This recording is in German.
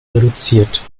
reduziert